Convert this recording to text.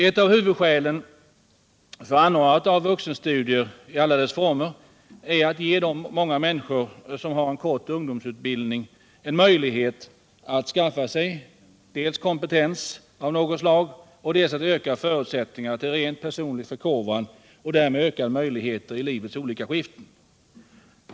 Ett av huvudskälen för anordnandet av vuxenstudier i alla former är att ge de många människor som har en kort ungdomsutbildning en möjlighet dels att skaffa sig kompetens av något slag, dels att öka förutsättningarna för en rent personlig förkovran och därmed öka möjligheterna i livets olika skiften.